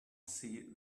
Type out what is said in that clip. see